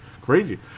Crazy